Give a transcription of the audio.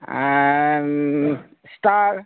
star